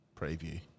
preview